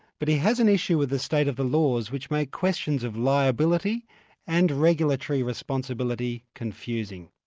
but he has an issue with the state of the laws which make questions of liability and regulatory responsibility confusing.